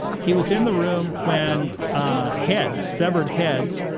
he was in the room when ah heads, severed heads,